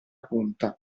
punta